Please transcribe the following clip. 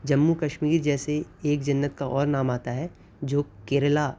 جموں کشمیر جیسے ایک جنت کا اور نام آتا ہے جو کیرلا